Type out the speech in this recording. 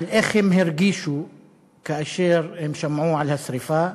איך הם הרגישו כאשר הם שמעו על השרפה,